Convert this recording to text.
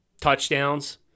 touchdowns